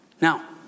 Now